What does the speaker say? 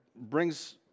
brings